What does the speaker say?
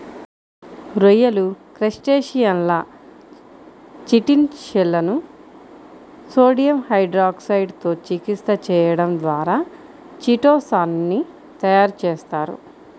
రొయ్యలు, క్రస్టేసియన్ల చిటిన్ షెల్లను సోడియం హైడ్రాక్సైడ్ తో చికిత్స చేయడం ద్వారా చిటో సాన్ ని తయారు చేస్తారు